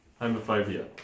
homophobia